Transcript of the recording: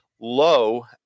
low